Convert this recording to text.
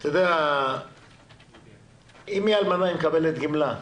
אם היא אלמנה היא מקבלת גמלה,